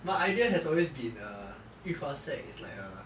my idea has always been uh yu hua sec is like a